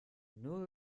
nur